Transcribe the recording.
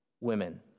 women